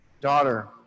daughter